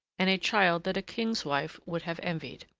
and a child that a king's wife would have envied.